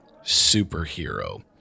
superhero